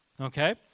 Okay